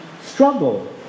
struggle